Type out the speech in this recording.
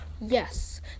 Yes